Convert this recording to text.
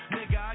Nigga